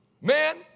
Man